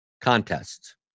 contests